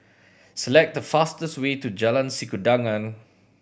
select the fastest way to Jalan Sikudangan